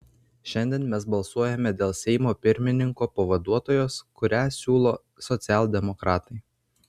šiandien mes balsuojame dėl seimo pirmininko pavaduotojos kurią siūlo socialdemokratai